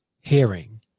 hearing